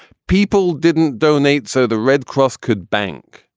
people didn't donate so the red cross could bank.